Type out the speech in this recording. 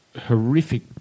horrific